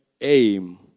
aim